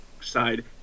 side